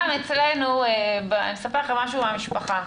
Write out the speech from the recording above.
אני אספר לכם משהו מהמשפחה,